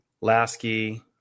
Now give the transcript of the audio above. Lasky